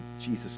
Jesus